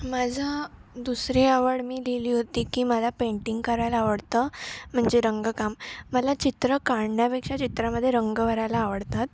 माझं दुसरी आवड मी दिली होती की मला पेंटिंग करायला आवडतं म्हणजे रंगकाम मला चित्र काढण्यापेक्षा चित्रामध्ये रंग भरायला आवडतात